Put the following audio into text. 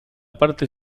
parte